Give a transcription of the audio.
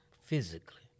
physically